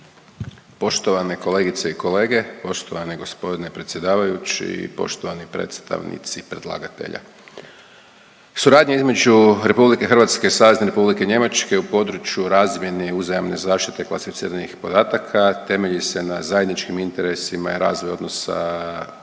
Poštovani kolegice i kolege, poštovani gospodine predsjedavajući i poštovani predstavnici predlagatelja. Suradnja između RH i Savezne Republike Njemačke u području razmjene i uzajamne zaštite klasificiranih podataka temelji se na zajedničkim interesima razvoja odnosa